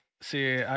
See